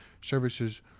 Services